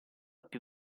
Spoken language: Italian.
più